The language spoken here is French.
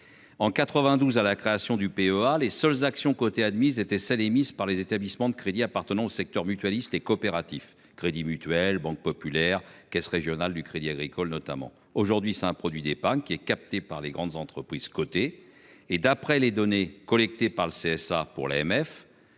En 92, à la création du PEA. Les seules actions cotées admise était celle émise par les établissements de crédit appartenant au secteur mutualiste et coopératif, Crédit Mutuel, Banque Populaire Caisse régionale du Crédit agricole notamment aujourd'hui, c'est un produit d'épargne qui est capté par les grandes entreprises cotées et d'après les données collectées par le CSA pour l'AMF.